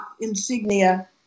insignia